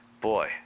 boy